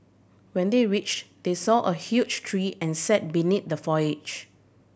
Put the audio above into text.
when they reached they saw a huge tree and sat beneath the foliage